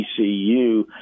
TCU –